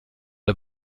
der